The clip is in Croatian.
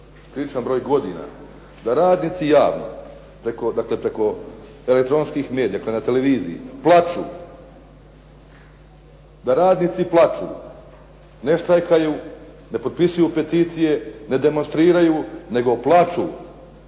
da radnici javno, dakle preko elektronskih medija, dakle na televiziji plaču, da radnici plaću, ne štrajkaju, ne potpisuju peticije, ne demonstriraju, nego plaču.